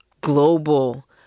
global